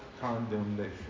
condemnation